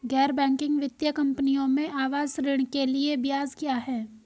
गैर बैंकिंग वित्तीय कंपनियों में आवास ऋण के लिए ब्याज क्या है?